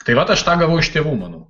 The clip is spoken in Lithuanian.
tai vat aš tą gavau iš tėvų manau